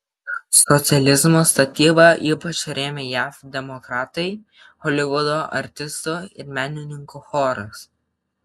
socializmo statybą ypač rėmė jav demokratai holivudo artistų ir menininkų choras